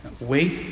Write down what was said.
Wait